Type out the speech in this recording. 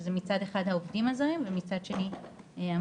שזה מצד אחד העובדים הזרים ומצד שני המטופלים.